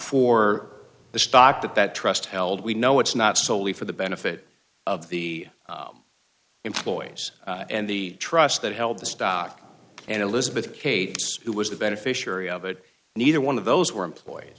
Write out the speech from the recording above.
for the stock that that trust held we know it's not solely for the benefit of the employees and the trust that held the stock and elizabeth cady who was the beneficiary of it neither one of those employed